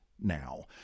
now